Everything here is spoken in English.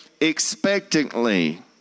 expectantly